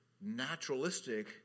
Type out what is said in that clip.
naturalistic